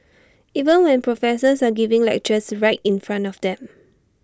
even when professors are giving lectures right in front of them